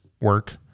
work